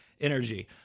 energy